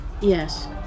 yes